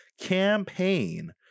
campaign